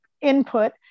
Input